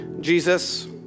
Jesus